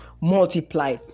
multiply